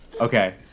Okay